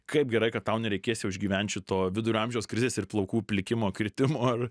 kaip gerai kad tau nereikės jau išgyvent šito vidurio amžiaus krizės ir plaukų plikimo kritimo ar